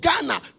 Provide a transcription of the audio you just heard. Ghana